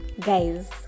Guys